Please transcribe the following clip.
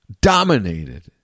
dominated